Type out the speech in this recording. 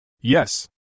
Yes